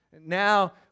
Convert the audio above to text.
Now